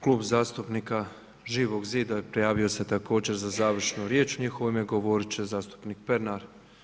Klub zastupnika Živog zida prijavio se također za završnu riječ, u njihovo ime govorit će zastupnik Pernar.